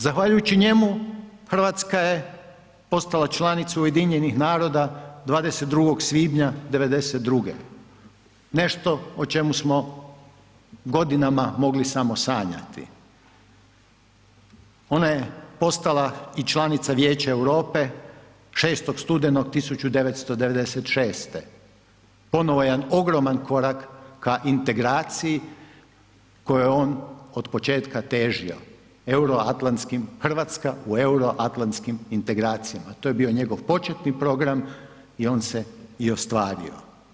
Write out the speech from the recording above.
Zahvaljujući njemu, RH je postala članica UN 22. svibnja '92., nešto o čemu smo godinama mogli samo sanjati, ona je postala i članica Vijeća Europe 6. studenog 1996., ponovo jedan ogroman korak ka integraciji kojoj je on od početka težio, Euroatlantskim, RH u Euroatlantskim integracijama, to je bio njegov početni program i on se i ostvario.